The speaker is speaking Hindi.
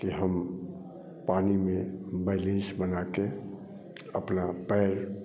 कि हम पानी में बइलैंस बना के अपना पैर